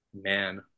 man